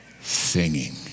Singing